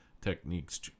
techniques